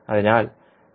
നിങ്ങൾക്ക് y 12 ലഭിക്കും